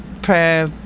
prayer